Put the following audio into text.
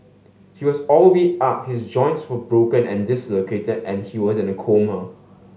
he was all beat up his joints were broken and dislocated and he was in a coma